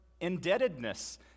indebtedness